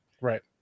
Right